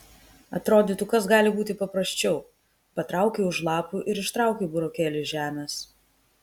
atrodytų kas gali būti paprasčiau patraukei už lapų ir ištraukei burokėlį iš žemės